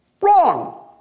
wrong